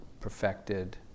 perfected